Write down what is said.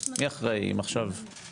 הם בכלל לא רואים את יהודי טיגריי גם שסובלים?